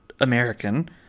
American